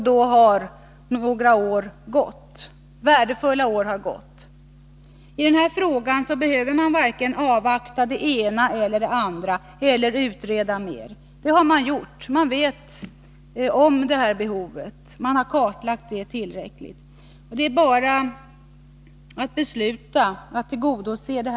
Då har några värdefulla år gått. I denna fråga behöver man varken avvakta det ena eller det andra eller utreda mer. Behovet av att bygga ut preventivmedelsrådgivningen har kartlagts tillräckligt. Det är bara att besluta att tillgodose det.